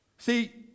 See